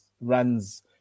runs